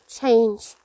change